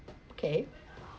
okay